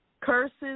Curses